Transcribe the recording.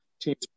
teams